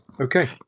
Okay